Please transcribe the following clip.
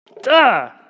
Duh